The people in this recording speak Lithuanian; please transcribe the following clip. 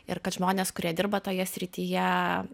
ir kad žmonės kurie dirba toje srityje